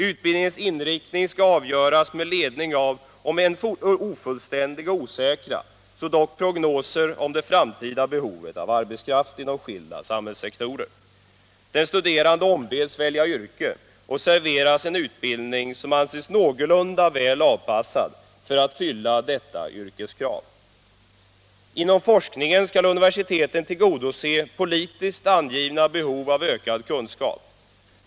Utbildningens inriktning skall avgöras med ledning av om än ofullständiga och osäkra så dock prognoser om det framtida behovet av arbetskraft inom skilda samhällssektorer. Den studerande ombedes välja yrke och serveras en utbildning som anses någorlunda väl avpassad för att fylla detta yrkes krav. Inom forskningen skall universiteten tillgodose politiskt angivna behov av ökad kunskap.